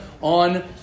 on